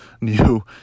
new